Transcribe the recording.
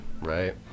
Right